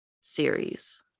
series